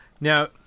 Now